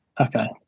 okay